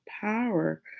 power